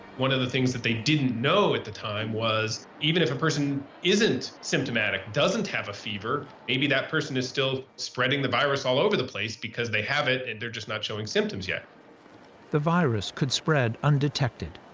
one of the things that they didn't know at the time was, even if a person isn't symptomatic, doesn't have a fever, maybe that person is still spreading the virus all over the place because they have it, and they're just not showing symptoms yet. smith the virus could spread undetected.